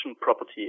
property